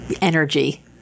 energy